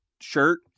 shirt